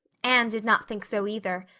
anne did not think so either,